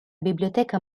biblioteca